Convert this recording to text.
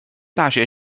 大学